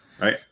right